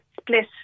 split